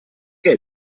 gate